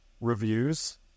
reviews